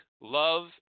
love